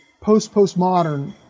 post-postmodern